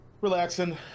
relaxing